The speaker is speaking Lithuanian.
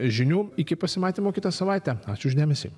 žinių iki pasimatymo kitą savaitę ačiū už dėmesį